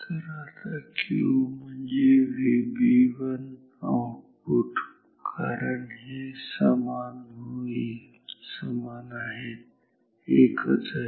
तर आता Q म्हणजे VB1 आउटपुट कारण हे समान आहेत एकच आहेत